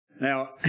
Now